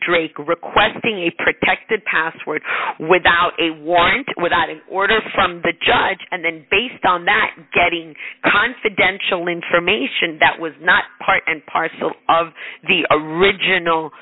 drake requesting a protected password without a warrant without an order from the judge and then based on that getting confidential information that was not part and parcel of the original